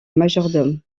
majordome